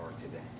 today